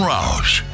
Roush